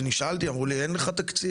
וכשנשאלתי, אמרו לי "אין לך תקציב".